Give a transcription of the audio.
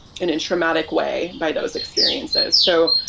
and and traumatic way by those experiences so